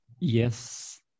yes